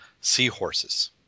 seahorses